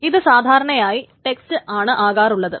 അത് സാധാരണയായി ടെക്സ്റ്റ് ആണ് ആകാറുള്ളത്